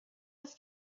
its